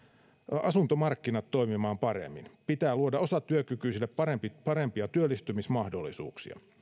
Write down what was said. asuntomarkkinat toimimaan paremmin pitää luoda osatyökykyisille parempia työllistymismahdollisuuksia